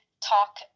talk